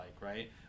right